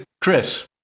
chris